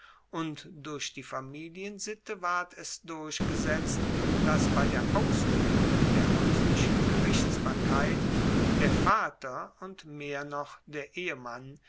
und durch die familiensitte ward es durchgesetzt dass bei der ausuebung der haeuslichen gerichtsbarkeit der vater und mehr noch der ehemann